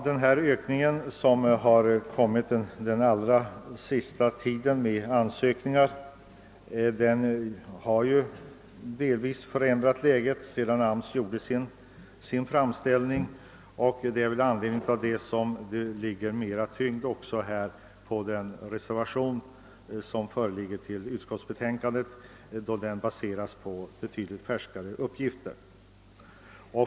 Den ökning av antalet ansökningar som inträffat den allra senaste tiden har delvis förändrat läget sedan AMS gjorde sin framställning. Detta är nog också anledningen till att det ligger mera tyngd i de reservationer som är fogade till utskottets utlåtande, eftersom de baseras på betydligt färskare uppgifter.